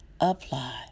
apply